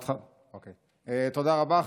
תודה רבה.